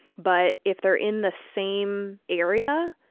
but if they're in the same area,